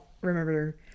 remember